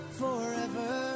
forever